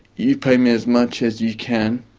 you pay me as much as you can.